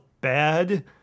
bad